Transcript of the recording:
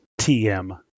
TM